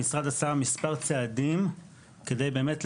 המשרד עשה מספר צעדים כדי באמת,